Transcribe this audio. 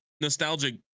nostalgic